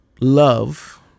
love